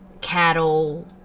cattle